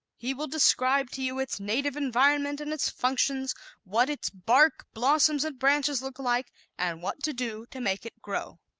he will describe to you its native environment and its functions what its bark, blossoms and branches look like and what to do to make it grow.